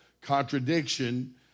contradiction